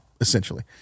essentially